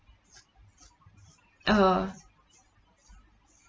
uh